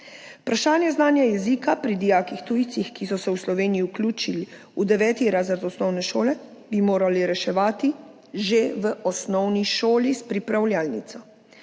Vprašanje znanja jezika pri dijakih tujcih, ki so se v Sloveniji vključili v 9. razred osnovne šole, bi morali reševati že v osnovni šoli s pripravljalnico.